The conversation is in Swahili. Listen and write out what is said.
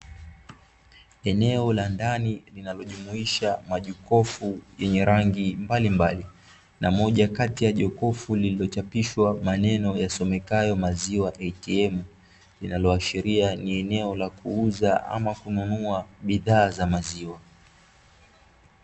Eneo la ndani linalojumuisha majokofu yenye rangi mbalimbali, na moja kati ya jokofu lililochapishwa maneno yasomekayo "MAZIWA ATM" linaloashiria ni eneo la kuuza ama kununua bidhaa za maziwa.